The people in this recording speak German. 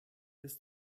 ist